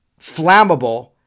flammable